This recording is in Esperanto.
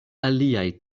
aliaj